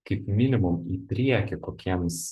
kaip minimum į priekį kokiems